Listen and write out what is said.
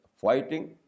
fighting